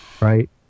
right